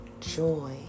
joy